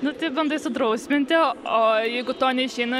nu tai bandai sudrausminti o jeigu to neišeina